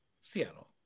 Seattle